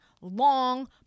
long